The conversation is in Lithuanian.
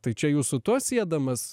tai čia jūs su tuo siedamas